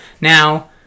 Now